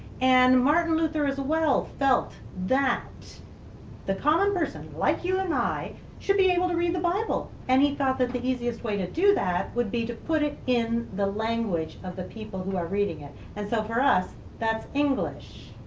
and martin luther as well felt that the common person like and should be able to read the bible. and he thought that the easiest way to do that would be to put it in the language of the people who are reading it. and so for us, that's english.